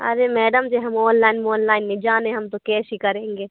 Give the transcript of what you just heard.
अरे मैडम जी हम ऑनलाइन वॉनलाइन ना जाने हम तो कैश ही करेंगे